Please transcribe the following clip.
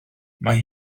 mae